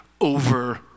over